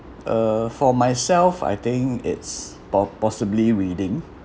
uh for myself I think it's po~ possibly reading